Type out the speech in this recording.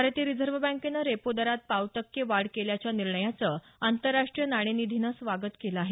भारतीय रिझर्व्ह बँकेनं रेपो दरात पाव टक्के वाढ केल्याच्या निर्णयाचं आंतरराष्ट्रीय नाणेनिधीन स्वागत केलं आहे